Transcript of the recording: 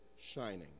shining